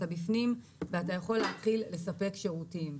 אתה יכול להתחיל לספק שירותים.